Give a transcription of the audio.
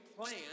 plan